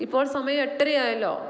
ഇപ്പോൾ സമയം എട്ടരയായല്ലോ